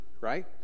right